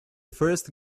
first